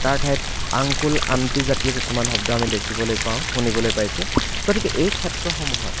তাৰ ঠাইত uncle aunty জাতীয় কিছুমান শব্দ আমি দেখিবলৈ পাওঁ শুনিবলৈ পাইছোঁ গতিকে এই ক্ষেত্ৰসমূহত